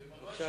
בבקשה,